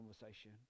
conversation